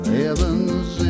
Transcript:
heaven's